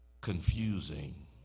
confusing